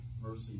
Mercy